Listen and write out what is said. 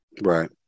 Right